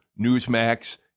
Newsmax